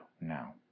now